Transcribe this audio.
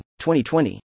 2020